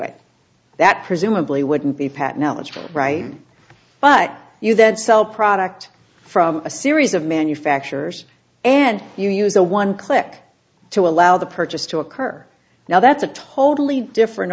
it that presumably wouldn't be patent how much from right but you that sell product from a series of manufacturers and you use a one click to allow the purchase to occur now that's a totally different